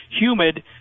humid